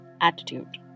attitude